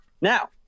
Now